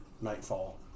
nightfall